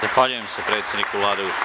Zahvaljujem se predsedniku Vlade.